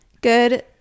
good